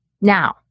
Now